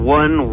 one